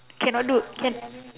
cannot look can